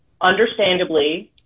understandably